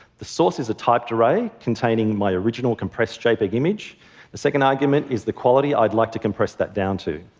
the source is a typed array containing my original compressed jpeg image. the second argument is the quality i'd like to compress that down to.